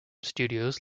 studios